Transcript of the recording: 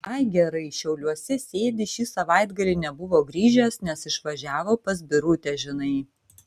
ai gerai šiauliuose sėdi šį savaitgalį nebuvo grįžęs nes išvažiavo pas birutę žinai